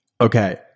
Okay